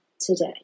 today